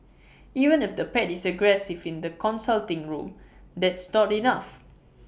even if the pet is aggressive in the consulting room that's not enough